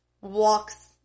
walks